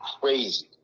crazy